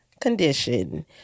condition